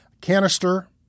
canister